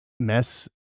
mess